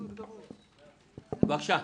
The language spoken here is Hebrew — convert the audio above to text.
בבקשה.